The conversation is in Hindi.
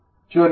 चुनें